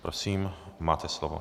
Prosím, máte slovo.